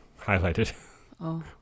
highlighted